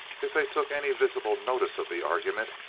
if they took any visible notice of the argument,